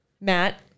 Matt